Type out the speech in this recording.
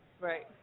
Right